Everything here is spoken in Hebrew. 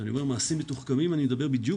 אני אומר מעשים מתוחכמים ואני מדבר בדיוק